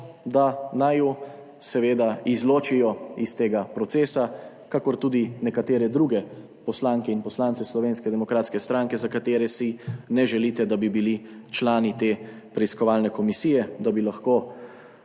da naju seveda izločijo iz tega procesa, kakor tudi nekatere druge poslanke in poslance Slovenske demokratske stranke, za katere si ne želite, da bi bili člani te preiskovalne komisije, da bi lahko